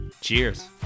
Cheers